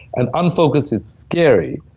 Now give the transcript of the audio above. and unfocus is scary,